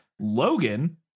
Logan